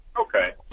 Okay